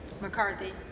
McCarthy